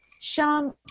Sham